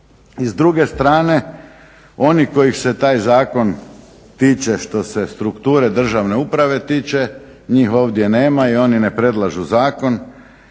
I s druge strane oni kojih se taj zakon tiče što se strukture državne uprave tiče, njih ovdje nema i oni ne predlažu zakon,